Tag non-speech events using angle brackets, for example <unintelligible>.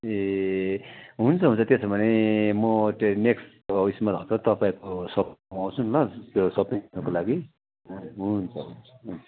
ए हुन्छ हुन्छ त्यसो भने म त्यो नेक्सट अब उएसमा <unintelligible> तपाईँहरूको सपमा आउँछु नि ल त्यो सपिङ गर्नुको लागि हुन्छ हुन्छ हुन्छ